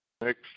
Next